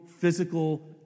physical